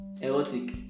Erotic